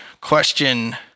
question